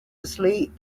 asleep